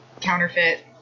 counterfeit